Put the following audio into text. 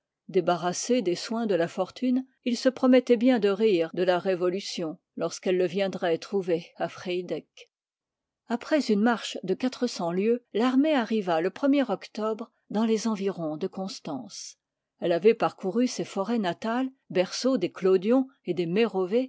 débarrassé des soins de la fortune il se promettoit bien de rire de la révolution lorsqu'elle le viendroit trouver à friedeck après une marche de quatre cents lieues l'armée arriva le i octobre dans les environs de constance elle avoit parcouru ses forets natales berceau des clodion et des